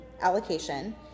allocation